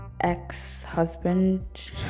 ex-husband